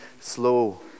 slow